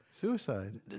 Suicide